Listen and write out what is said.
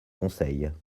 conseil